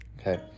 okay